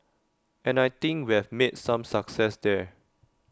and I think we've made some success there